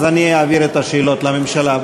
אני אעביר את השאלות לממשלה.